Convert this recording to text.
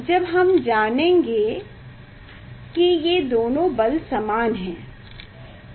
जब हम जानेंगे कि ये दोनों बल समान हैं